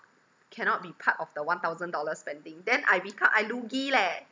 cannot be part of the one thousand dollars spending then I become I lugi leh